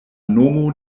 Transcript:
nomo